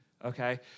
Okay